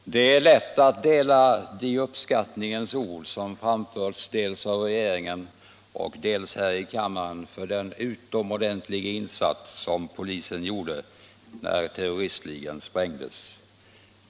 Herr talman! Det är lätt att dela de uppskattningens ord som framförts dels' av regeringen, dels här i kammaren för den utomordentliga insats polisen gjorde vid terroristligans sprängning.